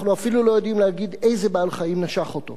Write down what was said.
אנחנו אפילו לא יודעים להגיד איזה בעל-חיים נשך אותו.